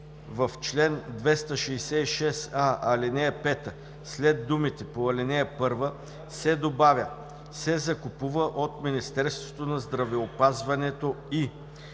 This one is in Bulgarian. в чл. 266а, ал. 5, след думите „по ал. 1“ се добавя „се закупува от Министерството на здравеопазването и“.“